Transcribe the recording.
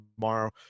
tomorrow